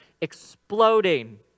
exploding